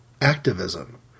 activism